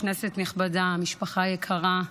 כנסת נכבדה, משפחה יקרה,